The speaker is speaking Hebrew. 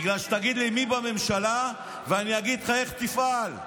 בגלל שתגיד לי מי בממשלה ואני אגיד לך איך תפעל,